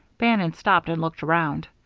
bannon stopped and looked around.